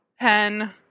pen